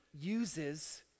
uses